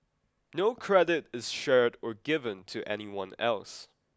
no credit is shared or given to anyone else